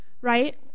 Right